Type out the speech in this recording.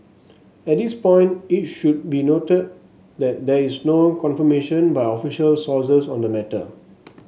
at this point it should be noted that there is no confirmation by official sources on the matter